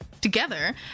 together